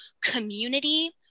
community